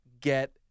get